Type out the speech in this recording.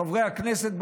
חברי הכנסת,